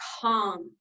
calm